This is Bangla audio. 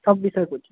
সব বিষয় পড়ছি